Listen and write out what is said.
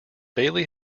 bailey